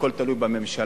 הכול תלוי בממשלה,